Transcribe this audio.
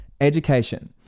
Education